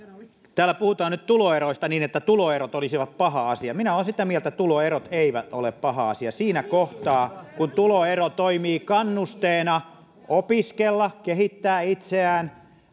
täällä puhutaan nyt tuloeroista niin että tuloerot olisivat paha asia minä olen sitä mieltä että tuloerot eivät ole paha asia siinä kohtaa kun tuloero toimii kannusteena opiskella kehittää itseään ja